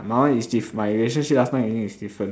my one is diff~ my relationship last time with him is different